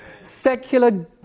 Secular